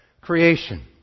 creation